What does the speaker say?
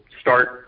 start